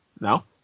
now